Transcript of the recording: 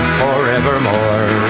forevermore